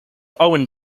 owen